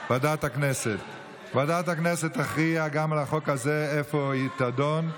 ועדת הכנסת תכריע גם על החוק הזה איפה הוא יידון.